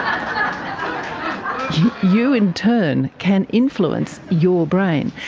um you, in turn, can influence your brain,